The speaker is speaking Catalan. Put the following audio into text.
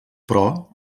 però